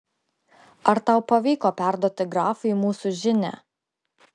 ar tau pavyko perduoti grafui mūsų žinią